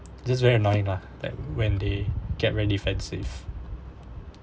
just very annoying lah like when they get really defensive